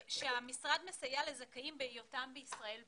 שהמשרד מסייע לזכאים בהיותם בישראל בלבד.